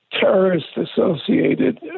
terrorist-associated